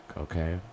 Okay